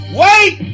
wait